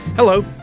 Hello